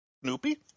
Snoopy